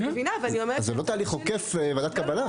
זה לא תהליך עוקף ועדת קבלה.